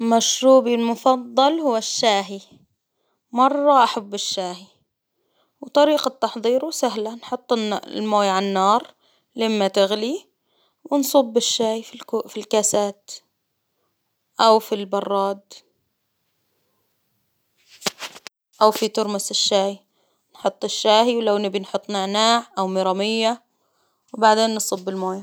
مشروبي المفضل هو الشاهي، مرة أحب الشاهي، وطريقة تحضيره سهلة، نحط الموية عالنار لين ما تغلي، ونصب الشاي في الك- في الكاسات، أو في البراد، أو في ترمس الشاي، نحط الشاهي ولو نبي نحط نعناع أو ميرمية، وبعدين نصب الموية.